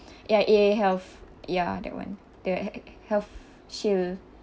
ya A_I_A health ya that one the h~ h~ h~ healthshield